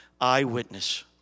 eyewitness